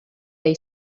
lay